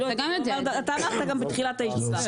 אתה אמרת גם בתחילת הישיבה.